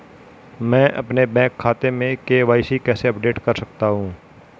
मैं अपने बैंक खाते में के.वाई.सी कैसे अपडेट कर सकता हूँ?